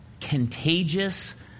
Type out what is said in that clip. contagious